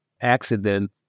accident